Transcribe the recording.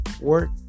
work